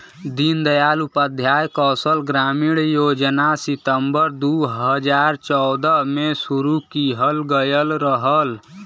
दीन दयाल उपाध्याय कौशल ग्रामीण योजना सितम्बर दू हजार चौदह में शुरू किहल गयल रहल